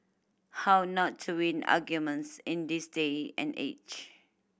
how not to win arguments in this day and age